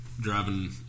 driving